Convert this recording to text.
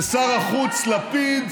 ושר החוץ לפיד